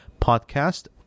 podcast